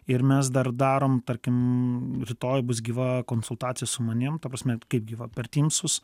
ir mes dar darom tarkim rytoj bus gyva konsultacija su manim ta prasme kaip gyva per teamsus